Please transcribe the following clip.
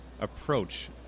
approach